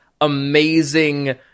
amazing